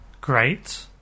great